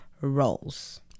roles